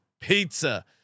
pizza